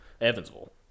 Evansville